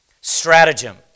stratagem